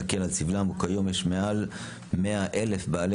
ומקל על סבלם - וכיום יש מעל 100 אלף בעלי